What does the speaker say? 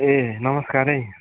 ए नमस्कार है